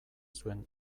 zuen